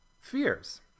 fears